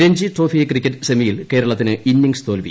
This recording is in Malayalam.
രഞ്ജി ട്രോഫി ക്രിക്കറ്റ് സെമിയിൽ കേരളത്തിന് ഇന്നിംഗ്സ് തോൽവി